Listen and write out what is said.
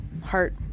heart